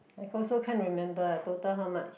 I also can't remember total how much